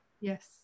Yes